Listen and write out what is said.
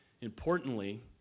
Importantly